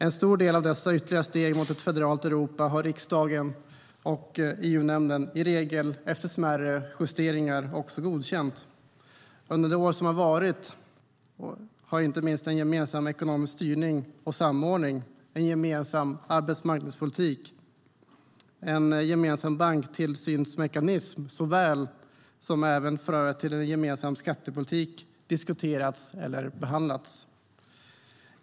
En stor del av dessa ytterligare steg mot ett federalt Europa har riksdagen och EU-nämnden, i regel efter smärre justeringar, också godkänt. Under det år som har varit har inte minst en gemensam ekonomisk styrning och samordning, en gemensam arbetsmarknadspolitik, en gemensam banktillsynsmekanism såväl som fröet till en gemensam skattepolitik diskuterats eller behandlats.